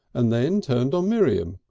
and then turned on miriam.